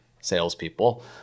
salespeople